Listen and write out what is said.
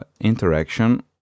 interaction